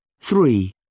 Three